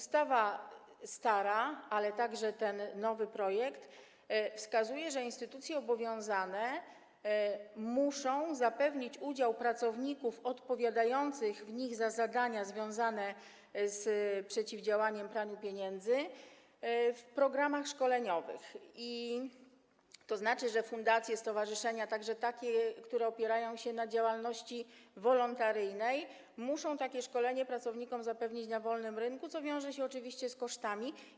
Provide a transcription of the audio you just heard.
Stara ustawa, ale także ten nowy projekt, wskazuje, że instytucje obowiązane muszą zapewnić udział pracowników odpowiadających w nich za zadania związane z przeciwdziałaniem praniu pieniędzy w programach szkoleniowych, tzn., że fundacje, stowarzyszenia, także takie, które opierają się na działalności wolontaryjnej, muszą pracownikom zapewnić takie szkolenie na wolnym rynku, co wiąże się oczywiście z kosztami.